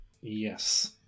Yes